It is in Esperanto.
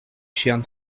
ŝian